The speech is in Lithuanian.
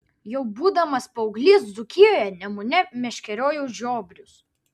jau būdamas paauglys dzūkijoje nemune meškeriojau žiobrius